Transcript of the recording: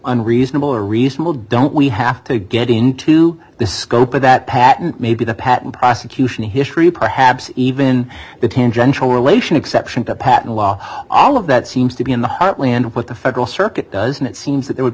unreasonable or reasonable don't we have to get into the scope of that patent maybe the patent prosecution history perhaps even the tangential relation exception to patent law all of that seems to be in the heartland what the federal circuit does and it seems that it would